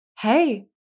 hey